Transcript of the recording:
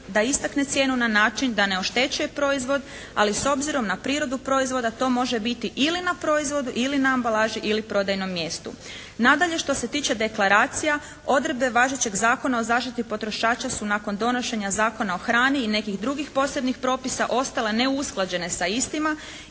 da istakne cijenu na način da ne oštećuje proizvod, ali s obzirom na prirodu proizvoda to može biti ili na proizvodu, ili na ambalaži ili prodajnom mjestu. Nadalje što se tiče deklaracija odredbe važećeg Zakona o zaštiti potrošača su nakon donošenja Zakona o hrani i nekih drugih posebnih propisa ostala neusklađena sa istima